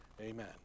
Amen